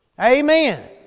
Amen